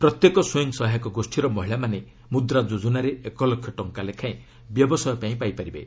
ପ୍ରତ୍ୟେକ ସ୍ୱୟଂ ସହାୟକ ଗୋଷ୍ଠୀର ମହିଳାମାନେ ମୁଦ୍ରା ଯୋଜନାରେ ଏକ ଲକ୍ଷ ଟଙ୍କା ଲେଖାଏଁ ବ୍ୟବସାୟ ପାଇଁ ପାଇପାରିବେ